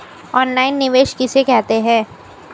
Online निवेश किसे कहते हैं?